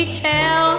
tell